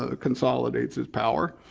ah consolidates his power,